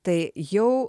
tai jau